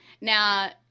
Now